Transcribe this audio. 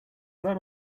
that